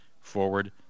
forward